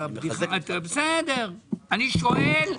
אני שואל,